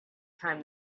time